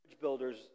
builders